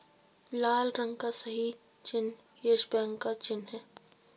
लाल रंग का सही चिन्ह यस बैंक का चिन्ह है